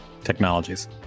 technologies